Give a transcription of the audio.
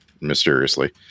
mysteriously